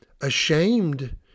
ashamed